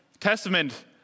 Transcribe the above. Testament